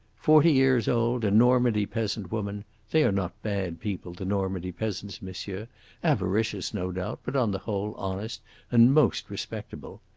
forty years old, a normandy peasant woman they are not bad people, the normandy peasants, monsieur avaricious, no doubt, but on the whole honest and most respectable.